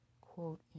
quote